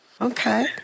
Okay